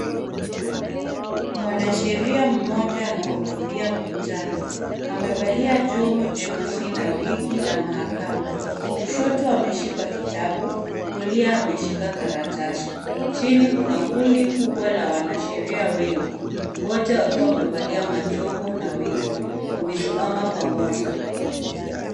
Mwanasheria mmoja anahutubia mkutano. Amevalia joho jeusi na wigi la mahakama. Kushoto ameshika kitabu, kulia ameshika karatasi. Chini kuna kundi kubwa la wanasheria wengi , wote wakiwa wamevalia majoho na wigi, wamesimama pamoja.